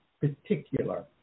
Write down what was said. particular